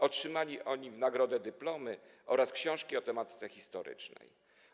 Otrzymali oni w nagrodę dyplomy oraz książki o tematyce historycznej.